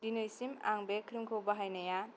दिनैसिम आं बे क्रिमखौ बाहायनाया